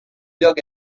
dug